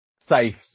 safe